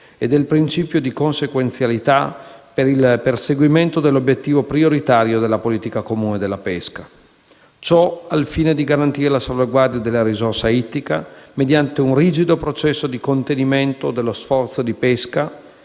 e del principio di consequenzialità per il perseguimento dell'obiettivo prioritario della politica comune della pesca. Ciò, al fine di garantire la salvaguardia della risorsa ittica mediante un rigido processo di contenimento dello sforzo di pesca